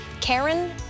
Karen